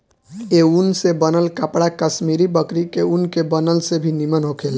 ए ऊन से बनल कपड़ा कश्मीरी बकरी के ऊन के बनल से भी निमन होखेला